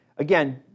Again